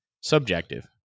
Subjective